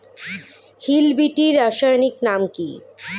Hill বিটি রাসায়নিক নাম কি?